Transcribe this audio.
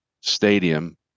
Stadium